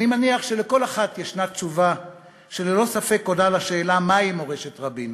אני מניח שלכל אחד יש תשובה שללא ספק עונה על השאלה מהי מורשת רבין.